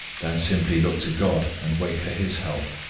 than simply look to god and wait for his help.